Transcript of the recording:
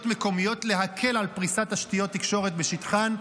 מקומיות להקל על פריסת תשתיות תקשורת בשטחן.